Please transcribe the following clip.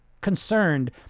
concerned